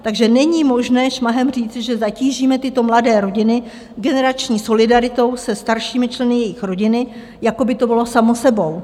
Takže není možné šmahem říci, že zatížíme tyto mladé rodiny generační solidaritou se staršími členy jejich rodiny, jako by to bylo samo sebou.